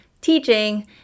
teaching